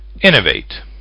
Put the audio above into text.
Innovate